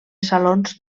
salons